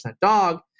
dog